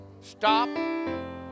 stop